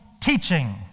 teaching